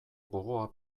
gogoa